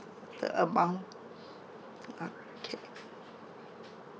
the amount okay